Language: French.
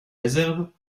réserves